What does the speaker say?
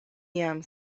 jam